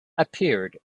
appeared